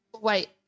Wait